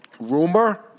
Rumor